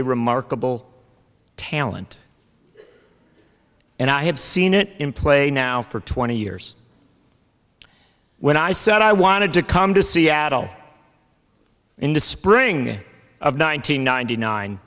a remarkable talent and i have seen it in play now for twenty years when i said i wanted to come to seattle in the spring of one nine hundred ninety nine